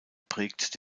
prägt